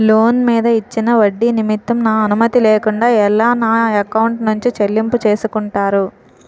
Loan మీద ఇచ్చిన ఒడ్డి నిమిత్తం నా అనుమతి లేకుండా ఎలా నా ఎకౌంట్ నుంచి చెల్లింపు చేసుకుంటారు?